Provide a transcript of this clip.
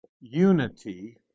unity